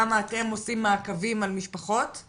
כמה אתם עושים מעקבים על ילדים.